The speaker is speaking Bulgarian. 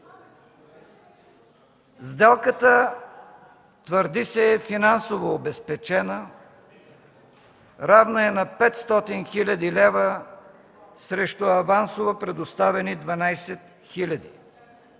Сделката, твърди се, е финансово обезпечена – равна е на 500 хил. лв. срещу авансово предоставени 12